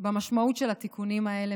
במשמעות של התיקונים האלה.